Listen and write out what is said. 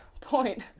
point